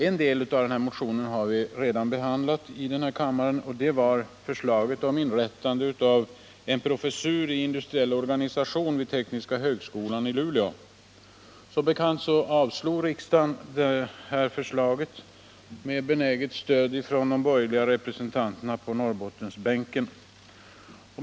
En del av denna motion har redan behandlats i kammaren, nämligen vårt förslag om inrättande av en professur i industriell organisation vid tekniska högskolan i Luleå, Som bekant avslog riksdagen detta förslag med benäget stöd från Norrbottensbänkens borgerliga ledamöter.